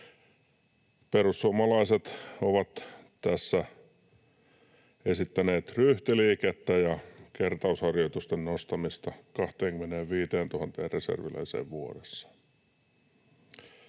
Perussuomalaiset ovat tässä esittäneet ryhtiliikettä ja kertausharjoitusten nostamista 25 000 reserviläiseen vuodessa.